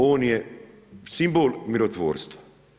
On je simbol mirotvorstva.